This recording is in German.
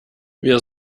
wir